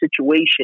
situation